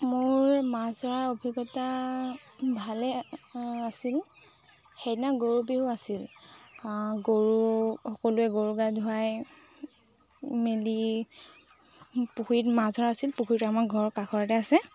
মোৰ মাছ ধৰা অভিজ্ঞতা ভালেই আছিল সেইদিনা গৰু বিহু আছিল গৰু সকলোৱে গৰু গা ধুৱাই মেলি পুখুৰীত মাছ ধৰা আছিল পুখুৰীটো আমাৰ ঘৰ কাষৰতে আছে